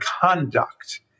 conduct